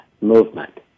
movement